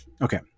Okay